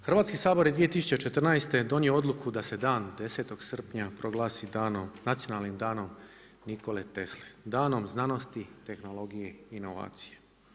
Hrvatski sabor je 2014. donio odluku da se Dan 10. srpnja proglasi danom, Nacionalnim danom Nikole Tesle, danom znanost, tehnologije, inovacije.